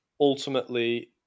ultimately